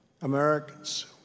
Americans